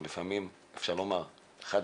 יש לפעמים שאנחנו יודעים ממלחמה,